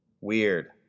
Weird